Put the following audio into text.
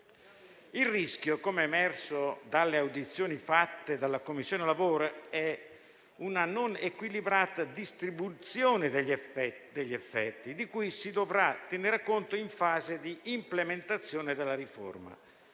Il rischio, come è emerso dalle audizioni fatte dalla 11a Commissione, è una non equilibrata distribuzione degli effetti di cui si dovrà tenere conto in fase di implementazione della riforma;